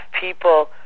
people